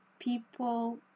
People